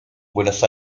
buenos